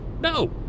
No